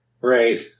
Right